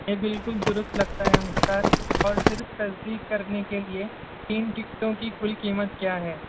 یہ بالکل درست لگتا ہے مختار اور پھر تصدیق کرنے کے لئے تین ٹکٹوں کی کل قیمت کیا ہے